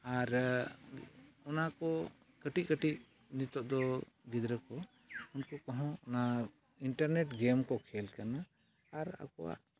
ᱟᱨ ᱚᱱᱟ ᱠᱚ ᱠᱟᱹᱴᱤᱡ ᱠᱟᱹᱴᱤᱡ ᱱᱤᱛᱳᱜ ᱫᱚ ᱜᱤᱫᱽᱨᱟᱹ ᱠᱚ ᱩᱱᱠᱩ ᱠᱚᱦᱚᱸ ᱚᱱᱟ ᱤᱱᱴᱟᱨᱱᱮᱴ ᱜᱮᱢ ᱠᱚ ᱠᱷᱮᱞ ᱠᱟᱱᱟ ᱟᱨ ᱟᱠᱚᱣᱟᱜ